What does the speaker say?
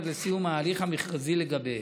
עד לסיום ההליך המכרזי לגביהם.